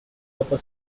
upper